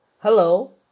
Hello